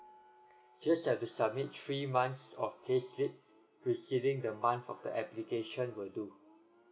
just have to submit three months of pay slip receding the month of the application will do